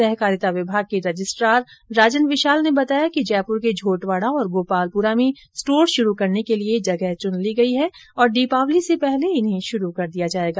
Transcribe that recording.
सहकारिता विभाग के रजिस्ट्रार राजन विशाल ने बताया कि जयपुर के झोटवाड़ा और गोपालपुरा क्षेत्र में स्टोर शुरू करने के लिये जगह चुन ली गई है और दीपावली से पहले इन्हें शुरू कर दिया जायेगा